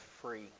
free